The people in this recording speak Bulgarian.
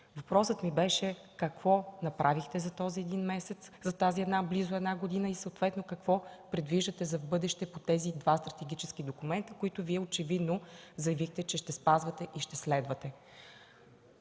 Въпросът ми беше: какво направихте за тази близо една година и съответно какво предвиждате в бъдеще по тези два стратегически документа, които Вие очевидно заявихте, че ще спазвате и ще следвате?